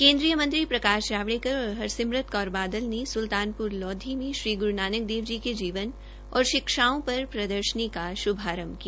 केन्द्रीय मंत्री प्रकाश जावड़ेकर और हरसिमरत कौर बादल ने सुल्तानपुर लोधी में श्री नानक देव जी के जीवन और शिक्षाओं पर प्रदर्शनी का शुभारंभ किया